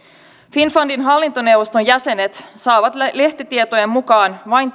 finnfundin hallintoneuvoston jäsenet saavat lehtitietojen mukaan tietoa vain